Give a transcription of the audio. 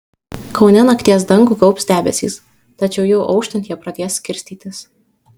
kaune nakties dangų gaubs debesys tačiau jau auštant jie pradės skirstytis